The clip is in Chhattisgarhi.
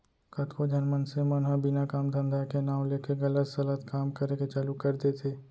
कतको झन मनसे मन ह बिना काम धंधा के नांव लेके गलत सलत काम करे के चालू कर देथे